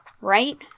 right